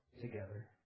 together